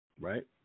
right